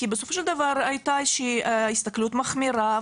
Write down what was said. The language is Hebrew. כי בסופו של דבר הייתה הסתכלות מחמירה,